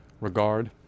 regard